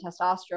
testosterone